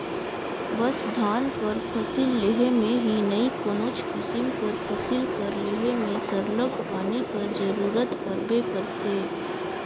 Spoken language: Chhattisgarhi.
बस धान कर फसिल लेहे में ही नई कोनोच किसिम कर फसिल कर लेहे में सरलग पानी कर जरूरत परबे करथे